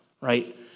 right